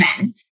men